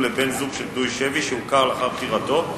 (תיקון, הקלת התנאים לאישור תוכנית חיזוק),